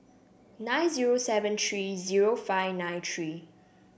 nine zero seven three zero five nine three